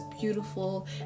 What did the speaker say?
beautiful